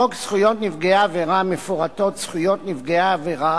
בחוק זכויות נפגעי עבירה מפורטות זכויות נפגעי העבירה